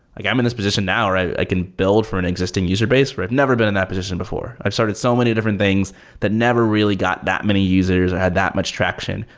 like i'm in this position now, right? i can build from an existing user base where i've never been in that position before. i've started so many different things that never really got that many users or had that much traction,